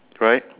correct